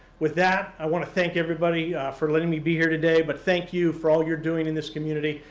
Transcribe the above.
with that, i wanna thank everybody for letting me be here today, but thank you for all you're doing in this community.